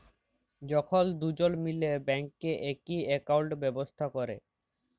যখল দুজল মিলে ব্যাংকে একই একাউল্ট ব্যবস্থা ক্যরে